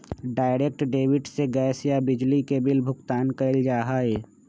direct debit से gas या बिजली के बिल भुगतान कइल जा हई